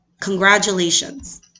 congratulations